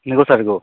नंगौ सार नंगौ